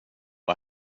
och